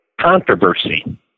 Controversy